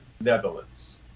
Netherlands